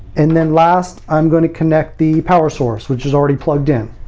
and then last, i'm going to connect the power source, which is already plugged in.